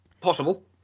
Possible